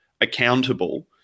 accountable